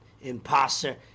Imposter